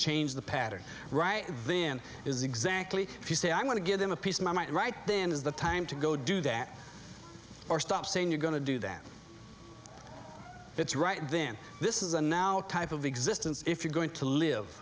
change the pattern right then is exactly if you say i'm going to give them a piece of my might right then is the time to go do that or stop saying you're going to do that it's right then this is a now type of existence if you're going to live